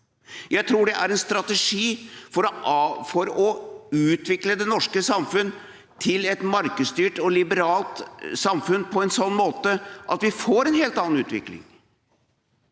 Jeg tror det er en strategi for å utvikle det norske samfunn til et markedsstyrt og liberalt samfunn på en sånn måte at vi får en helt annen utvikling.